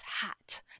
hat